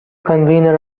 convenor